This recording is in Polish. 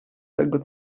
tego